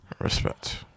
respect